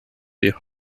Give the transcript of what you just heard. you